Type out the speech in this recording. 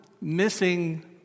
missing